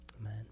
Amen